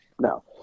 No